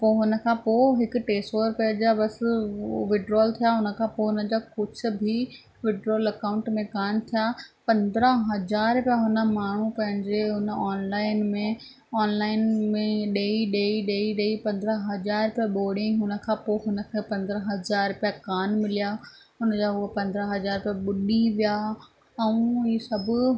पोइ हुन खां पोइ हिकु टे सौ रुपए जा बसि विड्रॉल थिया हुन खां पोइ हुन जा कुझ बि विड्रॉल अकाउंट में कोन थिया पंद्रहं हज़ार रुपया हुन माण्हू पंहिंजे हुन ऑनलाइन में ऑनलाइन में ॾेई ॾेई ॾेइ ॾेई पंद्रहं हज़ार रुपया बोड़ी हुन खां पोइ हुन खे पंद्रहं हज़ार रुपया कोन मिलिया हुन जा उहे पंद्रहं हज़ार रुपया ॿुॾी विया ऐं इहे सभु